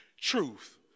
truth